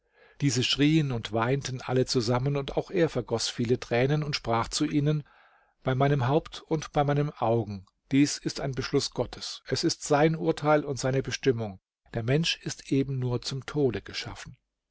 diese schrieen und weinten alle zusammen und auch er vergoß viele tränen und sprach zu ihnen bei meinem haupt und bei meinen augen dies ist ein beschluß gottes es ist sein urteil und seine bestimmung der mensch ist eben nur zum tode geschaffen